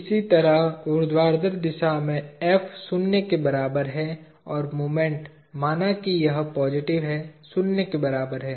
इसी तरह ऊर्ध्वाधर दिशा में F शून्य के बराबर है और मोमेंट माना कि यह पॉजिटिव है शून्य के बराबर है